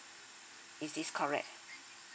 is this correct